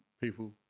people